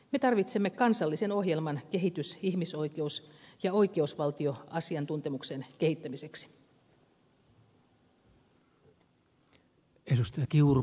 me tarvitsemme kansallisen ohjelman kehitys ihmisoikeus ja oikeusvaltioasiantuntemuksen kehittämiseksi